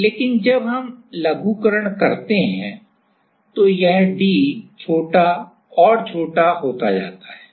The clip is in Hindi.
लेकिन जब हम लघुकरण करते हैं तो यह d छोटा और छोटा होता जाता है